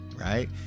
right